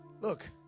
Look